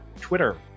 Twitter